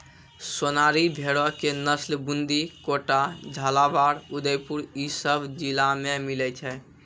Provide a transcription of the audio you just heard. सोनारी भेड़ो के नस्ल बूंदी, कोटा, झालाबाड़, उदयपुर इ सभ जिला मे मिलै छै